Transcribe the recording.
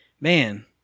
man